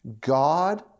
God